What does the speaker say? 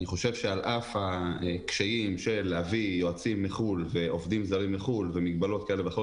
על אף הקשיים להביא יועצים ועובדים זרים מחו"ל ומגבלות כאלה ואחרות